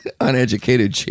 uneducated